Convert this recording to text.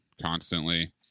constantly